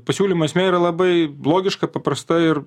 pasiūlymo esmė yra labai logiška paprasta ir